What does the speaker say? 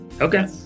Okay